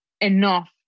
enough